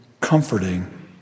comforting